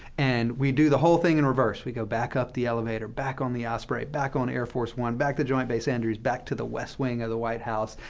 and we do the whole thing in reverse. we go back up the elevator, back on the osprey, back on air force one, back to joint base andrews, back to the west wing of the white house,